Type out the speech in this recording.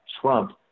Trump